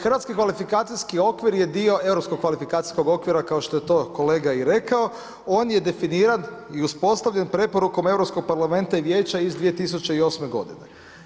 Hrvatski kvalifikacijski okvir je dio europskog kvalifikacijskog okvira kao što je to kolega i rekao, on je definiran i uspostavljen preporukom Europskog parlamenta i vijeća iz 2008. godine.